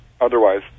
otherwise